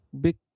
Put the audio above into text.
big